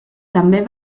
també